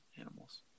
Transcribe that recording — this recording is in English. animals